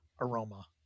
aroma